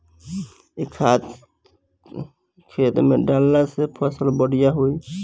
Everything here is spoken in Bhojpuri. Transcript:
इ खाद खेत में डालला से फसल बढ़िया होई